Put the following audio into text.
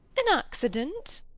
an accident!